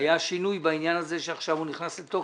היה שינוי בעניין הזה שעכשיו הוא נכנס לתוקף.